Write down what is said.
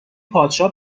پادشاه